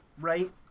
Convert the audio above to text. right